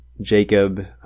Jacob